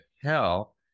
hell